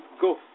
go